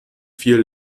viel